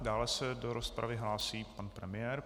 Dále se do rozpravy hlásí pan premiér.